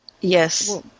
Yes